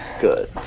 Good